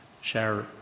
share